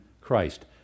christ